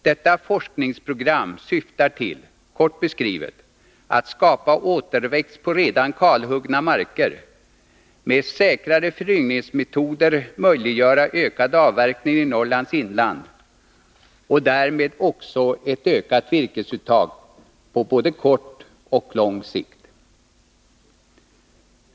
Detta forskningsprogram syftar till, kort beskrivet, att skapa återväxt på redan kalhuggna marker, med säkrare föryngringsmetoder möjliggöra ökad avverkning i Norrlands inland och därmed också ett ökat virkesuttag på både kort och lång sikt.